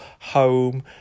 home